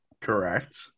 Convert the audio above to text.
correct